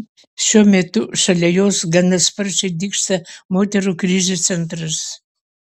šiuo metu šalia jos gana sparčiai dygsta moterų krizių centras